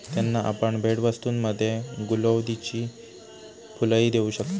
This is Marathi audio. त्यांना आपण भेटवस्तूंमध्ये गुलौदीची फुलंही देऊ शकता